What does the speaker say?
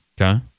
Okay